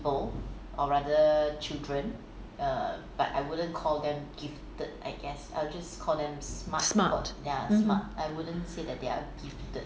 smart mmhmm